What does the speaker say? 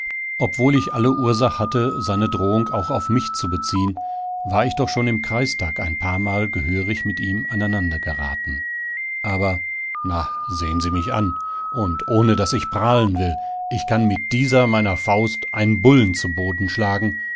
obwohl ich alle ursach hatte seine drohung auch auf mich zu beziehen war ich doch schon im kreistag ein paarmal gehörig mit ihm aneinandergeraten aber na sehen sie mich an und ohne daß ich prahlen will ich kann mit dieser meiner faust einen bullen zu boden schlagen